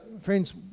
friends